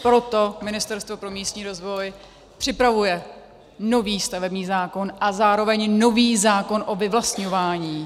Proto Ministerstvo pro místní rozvoj připravuje nový stavební zákon a zároveň nový zákon o vyvlastňování.